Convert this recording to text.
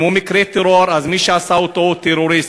אם הוא מקרה טרור, מי שעשה אותו הוא טרוריסט,